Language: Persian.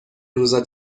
روزا